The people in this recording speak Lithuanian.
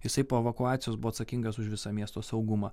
jisai po evakuacijos buvo atsakingas už visą miesto saugumą